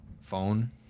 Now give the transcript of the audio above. phone